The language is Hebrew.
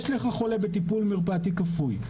יש לך חולה בטיפול מרפאתי כפוי,